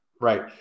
right